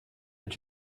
est